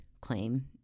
claim